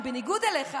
חבר הכנסת סעדה.